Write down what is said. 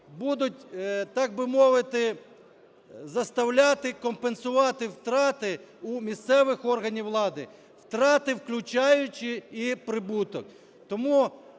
будуть, так би мовити, заставляти компенсувати втрати у місцевих органів влади, втрати, включаючи і прибуток. Тому,